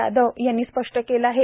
यादव यांनी स्पष्ट केलं आहे